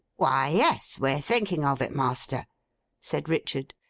why, yes, we're thinking of it, master said richard.